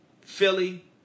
Philly